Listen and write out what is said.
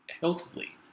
healthily